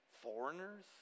foreigners